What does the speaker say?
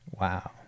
Wow